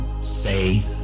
say